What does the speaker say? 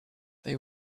they